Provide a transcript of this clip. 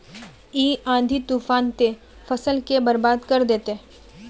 इ आँधी तूफान ते फसल के बर्बाद कर देते?